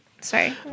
Sorry